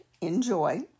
Enjoy